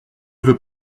veux